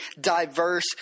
diverse